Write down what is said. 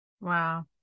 Wow